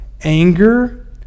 anger